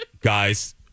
Guys